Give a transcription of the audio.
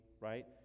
right